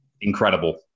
incredible